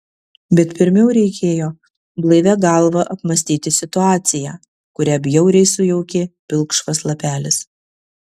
bet pirmiau reikėjo blaivia galva apmąstyti situaciją kurią bjauriai sujaukė pilkšvas lapelis